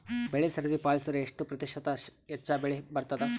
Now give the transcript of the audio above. ಬೆಳಿ ಸರದಿ ಪಾಲಸಿದರ ಎಷ್ಟ ಪ್ರತಿಶತ ಹೆಚ್ಚ ಬೆಳಿ ಬರತದ?